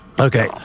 Okay